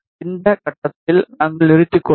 இந்த கட்டத்தில் நாங்கள் நிறுத்திக்கொள்வோம்